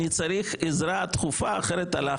אני צריך עזרה דחופה אחרת הלך עליי.